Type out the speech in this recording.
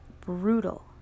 brutal